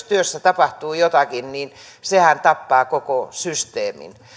työssä tapahtuu jotakin niin sehän tappaa koko systeemin